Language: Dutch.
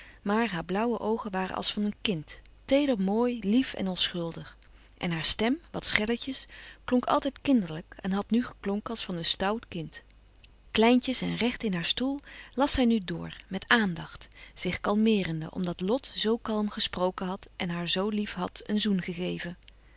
maar haar blauwe oogen waren als van een kind teeder mooi lief en onschuldig en haar stem wat schelletjes klonk altijd kinderlijk en had nu geklonken als van een stoùt kind kleintjes en recht in haar stoel las zij nu door met aandacht zich kalmeerende omdat lot zoo kalm gesproken had en haar zoo lief had een zoen gegeven